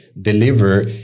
deliver